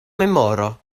memoro